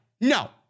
No